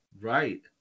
right